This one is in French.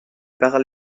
parlée